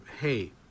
hey